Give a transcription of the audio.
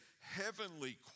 heavenly